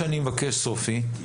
סופי,